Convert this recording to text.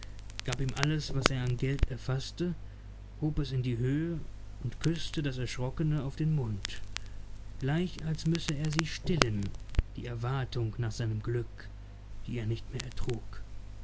gab ihm alles was er an geld erfaßte hob es in die höhe und küßte das erschrockene auf den mund gleich als müsse er sie stillen die erwartung nach seinem glück die er nicht mehr